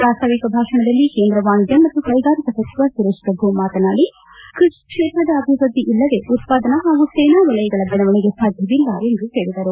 ಪ್ರಸ್ತಾವಿಕ ಭಾಷಣದಲ್ಲಿ ಕೇಂದ್ರ ವಾಣಿಜ್ಯ ಹಾಗೂ ಕೈಗಾರಿಕಾ ಸಚಿವ ಸುರೇಶ್ ಪ್ರಭು ಮಾತನಾಡಿ ಕೃಷಿ ಕ್ಷೇತ್ರದ ಅಭಿವೃದ್ದಿ ಇಲ್ಲದೆ ಉತ್ವಾದನಾ ಹಾಗೂ ಸೇವಾ ವಲಯಗಳ ಬೆಳವಣಿಗೆ ಸಾಧ್ಯವಿಲ್ಲ ಎಂದು ಹೇಳಿದರು